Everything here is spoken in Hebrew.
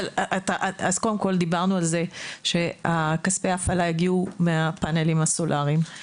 אז קודם כל דיברנו על זה שכספי ההפעלה יגיעו מהפאנלים הסולריים.